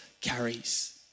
carries